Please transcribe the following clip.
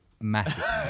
Massive